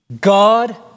God